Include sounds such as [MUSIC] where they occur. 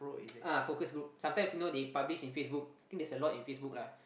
[NOISE] uh focus group sometimes you know they publish in Facebook think there's a lot in Facebook lah